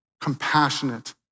compassionate